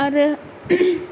आरो